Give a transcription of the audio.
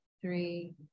three